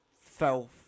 fell